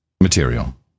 Material